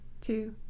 two